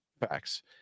Facts